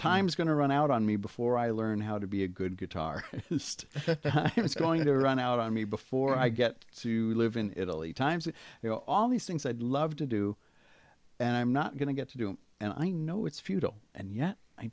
time is going to run out on me before i learn how to be a good guitar it's going to run out on me before i get to live in italy times you know all these things i'd love to do and i'm not going to get to do it and i know it's futile and yet i